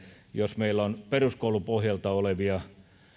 jos meillä on peruskoulupohjalta olevia